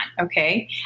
okay